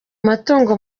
matungo